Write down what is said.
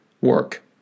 work